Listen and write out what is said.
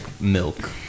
milk